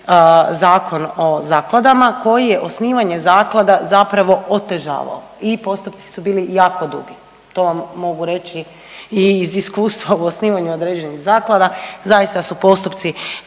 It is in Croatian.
Zakon o zakladama koji je osnivanje zaklada zapravo otežavao i postupci su bili jako dugi, to vam mogu reći i iz iskustva u osnivanju određenih zakona, zaista su postupci